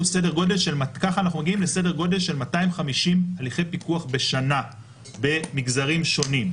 ככה אנחנו מגיעים לסדר גודל של 250 הליכי פיקוח בשנה במגזרים שונים.